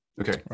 Okay